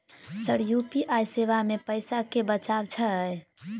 Sir UPI सेवा मे पैसा केँ बचाब छैय?